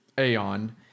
Aeon